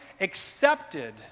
accepted